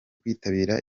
kwitabira